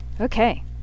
Okay